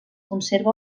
conserva